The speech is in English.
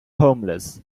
homeless